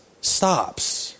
stops